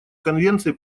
конвенции